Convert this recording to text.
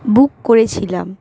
বুক করেছিলাম